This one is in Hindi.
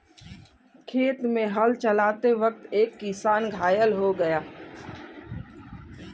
खेत में हल चलाते वक्त एक किसान घायल हो गया